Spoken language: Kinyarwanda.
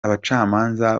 abacamanza